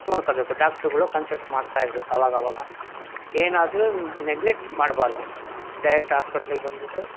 ನೋಡ್ಕೊಳ್ಬೇಕು ಡಾಕ್ಟ್ರ್ಗಳು ಕನ್ಸಲ್ಟ್ ಮಾಡ್ತಾಯಿರ್ಬೇಕು ಅವಾಗವಾಗ ಏನಾದರೂ ನೆಗ್ಲೆಟ್ ಮಾಡಬಾರ್ದು ಡೈರೆಕ್ಟ್ ಆಸ್ಪೆಟ್ಲಿಗೆ ಬಂದ್ಬಿಟ್ಟು